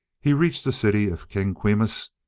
he reached the city of king quimus.